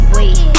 Wait